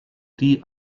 die